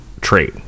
trait